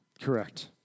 Correct